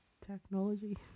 technologies